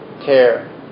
care